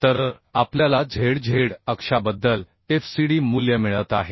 तर आपल्याला z z अक्षाबद्दल FCD मूल्य मिळत आहे